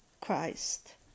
Christ